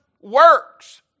works